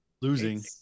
losing